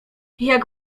jak